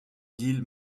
lille